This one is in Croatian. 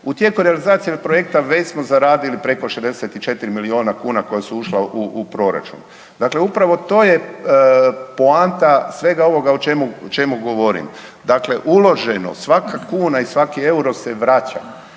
u tijeku je realizacija projekta već smo zaradili preko 64 milijuna kuna koja su ušla u proračun. Dakle, upravo to je poanta svega ovoga o čemu govorim, dakle uloženo svaka kuna i svaki euro se vraća,